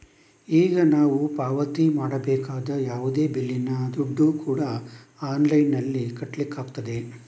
ಈಗ ನಾವು ಪಾವತಿ ಮಾಡಬೇಕಾದ ಯಾವುದೇ ಬಿಲ್ಲಿನ ದುಡ್ಡು ಕೂಡಾ ಆನ್ಲೈನಿನಲ್ಲಿ ಕಟ್ಲಿಕ್ಕಾಗ್ತದೆ